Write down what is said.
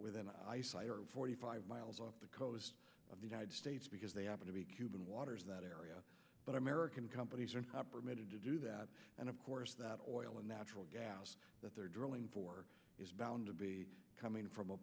within eyesight or forty five miles off the coast of the united states because they happen to be cuban waters in that area but american companies are not permitted to do that and of course that oil and natural gas that they're drilling for is bound to be coming from a